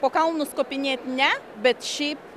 po kalnus kopinėt ne bet šiaip